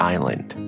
Island